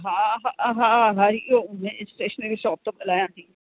हा हा हरिओम मैं स्टेशनरी शोप तां ॻल्हायां थी